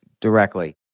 directly